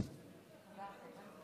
חמש דקות לרשותך.